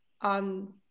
on